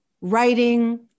writing